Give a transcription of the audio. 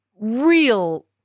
real